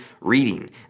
reading